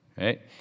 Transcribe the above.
right